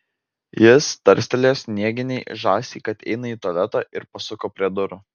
jis tarstelėjo snieginei žąsiai kad eina į tualetą ir pasuko prie durų